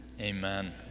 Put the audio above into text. Amen